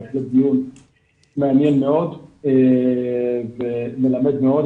בהחלט דיון מעניין מאוד ומלמד מאוד.